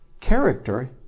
character